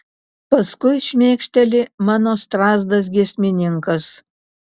paskui šmėkšteli mano strazdas giesmininkas